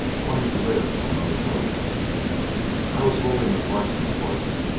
wantin' to live on other folks i was holdin' the parson's horse,